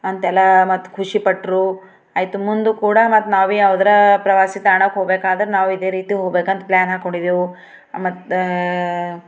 ಅಂತೆಲ್ಲ ಮತ್ತೆ ಖುಷಿ ಪಟ್ರು ಆಯ್ತು ಮುಂದು ಕೂಡ ಮತ್ತೆ ನಾವೇ ಯಾವ್ದಾರ ಪ್ರವಾಸಿ ತಾಣಕ್ಕೆ ಹೋಗ್ಬೇಕಾದ್ರೆ ನಾವು ಇದೇ ರೀತಿ ಹೋಗ್ಬೇಕು ಅಂತ ಪ್ಲಾನ್ ಹಾಕ್ಕೊಂಡಿದ್ದೆವು ಮತ್ತೆ